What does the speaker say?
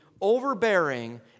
overbearing